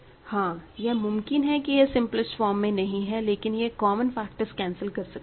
हाँ यहां मुमकिन है कि यह सिम्पलेस्ट फॉर्म में नहीं है लेकिन हम कॉमन फैक्टर्स कैंसिल कर सकते हैं